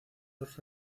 los